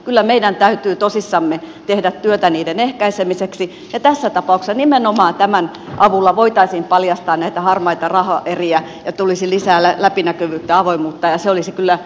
kyllä meidän täytyy tosissamme tehdä työtä niiden ehkäisemiseksi ja tässä tapauksessa nimenomaan tämän avulla voitaisiin paljastaa näitä harmaita rahaeriä ja tulisi lisää läpinäkyvyyttä avoimuutta ja se olisi kyllä hyvin tervetullut tavoite